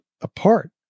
apart